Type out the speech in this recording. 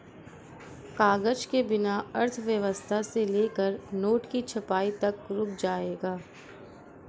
कागज के बिना अर्थव्यवस्था से लेकर नोट की छपाई तक रुक जाएगा